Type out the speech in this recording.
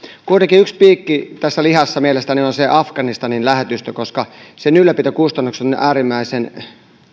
kuitenkin yksi piikki lihassa mielestäni on afganistanin lähetystö koska sen ylläpitokustannukset ovat äärimmäisen